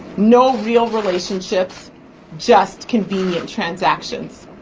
no real relationships just convenient transactions.